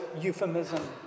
euphemism